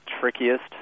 trickiest